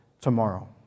tomorrow